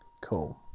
Cool